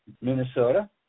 Minnesota